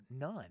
None